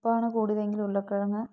ഉപ്പാണ് കൂടിയതെങ്കിൽ ഉരുളക്കിഴങ്ങ്